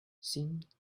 seemed